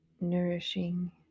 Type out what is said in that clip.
nourishing